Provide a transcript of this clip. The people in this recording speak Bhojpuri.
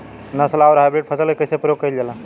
नस्ल आउर हाइब्रिड फसल के कइसे प्रयोग कइल जाला?